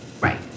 Right